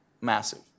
massive